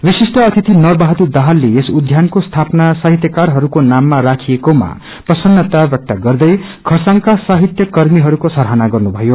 विशिष्ट अतिथि नरबहादुर दाहालले यस उध्यानको स्थाना साहित्यकारहरूको नामा राखिएकोमा प्रसन्नता व्यक्त गर्दै खरसाङका साहित्यकर्मीहरूको सराहना गर्नुभयो